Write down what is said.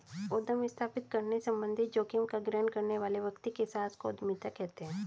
उद्यम स्थापित करने संबंधित जोखिम का ग्रहण करने वाले व्यक्ति के साहस को उद्यमिता कहते हैं